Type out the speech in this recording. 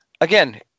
Again